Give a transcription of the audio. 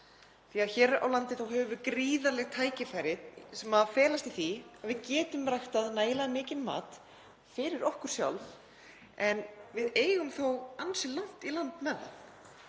Hér á landi höfum við gríðarleg tækifæri sem felast í því að við getum ræktað nægilega mikinn mat fyrir okkur sjálf en við eigum þó ansi langt í land með það.